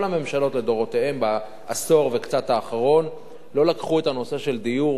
כל הממשלות לדורותיהן בעשור וקצת האחרון לא לקחו את הנושא של הדיור,